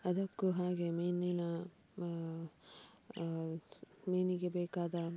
ಅದಕ್ಕೂ ಹಾಗೆ ಮೀನಿನ ಸ್ ಮೀನಿಗೆ ಬೇಕಾದ